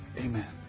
Amen